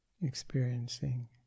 experiencing